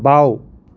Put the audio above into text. বাওঁ